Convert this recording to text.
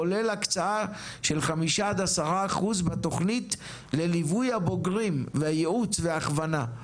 כולל הקצאה של 5-10% מהתכנית לליווי הבוגרים ויעוץ והכוונה.